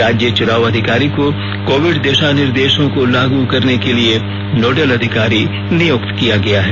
राज्य चुनाव अधिकारी को कोविड दिशा निर्देशों को लागू करने के लिए नोडल अधिकारी नियुक्त किया गया है